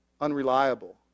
unreliable